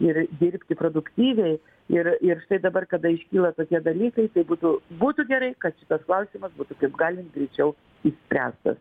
ir dirbti produktyviai ir ir štai dabar kada iškyla tokie dalykai tai būtų būtų gerai kad šitas klausimas būtų kaip galima greičiau išspręstas